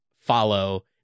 follow